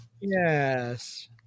Yes